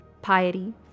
piety